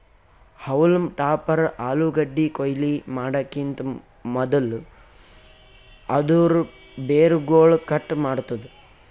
haulm topper ಆಲೂಗಡ್ಡಿ ಕೊಯ್ಲಿ ಮಾಡಕಿಂತ್ ಮದುಲ್ ಅದೂರ್ ಬೇರುಗೊಳ್ ಕಟ್ ಮಾಡ್ತುದ್